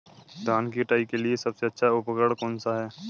धान की कटाई के लिए सबसे अच्छा उपकरण कौन सा है?